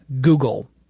Google